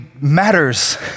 matters